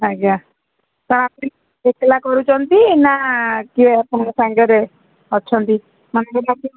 ଆଜ୍ଞା ଏକ୍ଲା କରୁଛନ୍ତି ନା କିଏ ଆପଣଙ୍କ ସାଙ୍ଗରେ ଅଛନ୍ତି ମାନେ